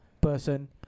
person